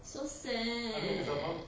so sad